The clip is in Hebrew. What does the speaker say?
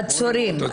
עצורים,